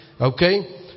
Okay